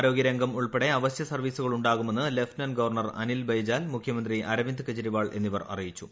ആരോഗ്യരംഗം ഉൾപ്പടെ അവശ്യ സർവീസുകൾ ഉണ്ടാകുമെന്ന് ലെഫ്റ്റനന്റ് ഗവർണർ അനിൽ ബൈജാൽ മുഖ്യമന്ത്രി അരവിന്ദ് കെജ്രിവാൾ എന്നിവർ അറിയിച്ചു